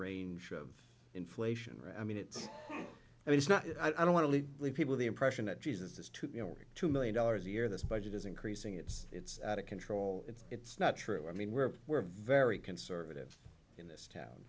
range of inflation right i mean it's i mean it's not i don't want to leave people the impression that jesus has to be over two million dollars a year this budget is increasing it's out of control it's it's not true i mean we're we're very conservative in this town